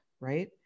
right